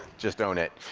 just own it.